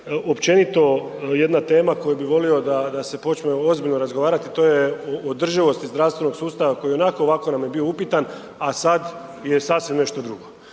općenito jedna tema koju bi volio da se počne ozbiljno razgovarati, a to je održivost zdravstvenog sustava koji nam je i ovako i onako bio upitan, a sada je sasvim nešto drugo.